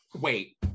wait